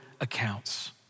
accounts